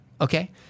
Okay